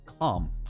come